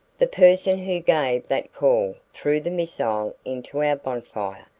the person who gave that call threw the missile into our bonfire,